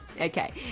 Okay